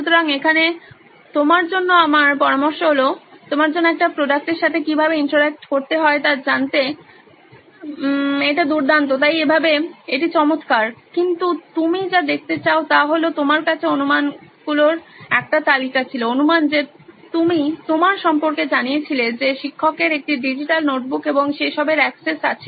সুতরাং এখানে আপনার জন্য আমার পরামর্শ হল আপনার জন্য একটি প্রোডাক্টের সাথে কীভাবে ইন্টারঅ্যাক্ট করতে হয় তা জানতে আপনার জন্য এটি দুর্দান্ত তাই এইভাবে এটি চমৎকার কিন্তু আপনি যা দেখতে চান তা হল আপনার কাছে অনুমানগুলির একটি তালিকা ছিল অনুমান যে আপনি আপনার সম্পর্কে জানিয়েছিলেন যে শিক্ষকের একটি ডিজিটাল নোটবুক এবং সে সবের অ্যাক্সেস আছে